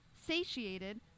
satiated